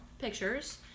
pictures